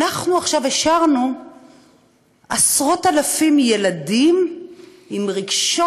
עכשיו השארנו עשרות-אלפי ילדים עם רגשות